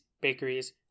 bakeries